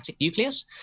nucleus